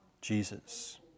Jesus